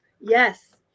Yes